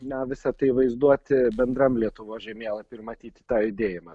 na visa tai vaizduoti bendram lietuvos žemėlapy ir matyti tą judėjimą